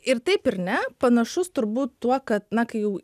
ir taip ir ne panašus turbūt tuo kad na kai jau